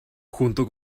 junto